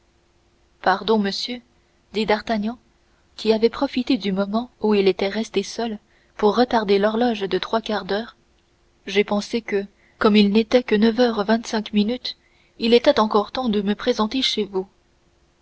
pardon monsieur dit d'artagnan qui avait profité du moment où il était resté seul pour retarder l'horloge de trois quarts d'heure j'ai pensé que comme il n'était que neuf heures vingtcinq minutes il était encore temps de me présenter chez vous